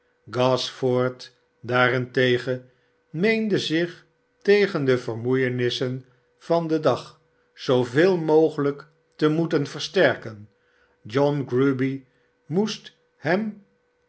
gashford daarentegen meende zich tegen de vermoeienissen van den dag zooveel mogelijk te moeten versterken john grueby moest hem